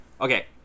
Okay